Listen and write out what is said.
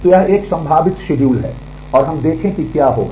तो यह एक संभावित शेड्यूल है और हम देखें कि क्या होगा